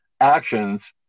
actions